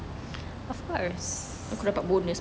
aku dapat bonus